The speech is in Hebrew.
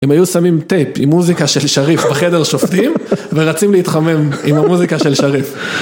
אם היו שמים טייפ עם מוזיקה של שריף בחדר השופטים ורצים להתחמם עם המוזיקה של שריף